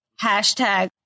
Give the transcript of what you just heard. Hashtag